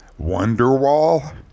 Wonderwall